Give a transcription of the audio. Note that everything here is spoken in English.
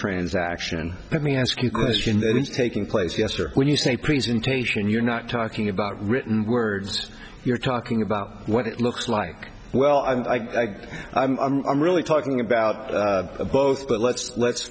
transaction let me ask you question that taking place yesterday when you say presentation you're not talking about written words you're talking about what it looks like well i i'm really talking about both but let's let's